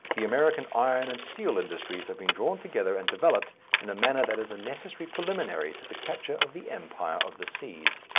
the american iron and steel industries have been drawn together and developed in a manner that is a necessary preliminary to the capture of the empire of the seas.